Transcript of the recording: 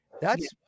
that's-